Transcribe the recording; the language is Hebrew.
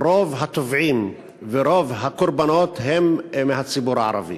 רוב הטובעים ורוב הקורבנות הם מהציבור הערבי,